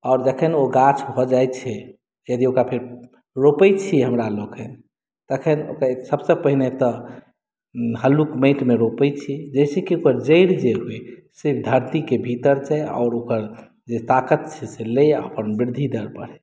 आओर जखन ओ गाछ भऽ जाइ छै यदि ओकरा फेर रोपय छियै हमरा लोकनि तखन ओकर सबसँ पहिने तऽ हल्लुक माटिमे रोपय छी जैसँ कि ओकर जड़ि जे होइ से धरतीके भीतर जाइ आओर ओकर जे ताकत छै से लै आओर ओकर वृद्धि दर बढ़य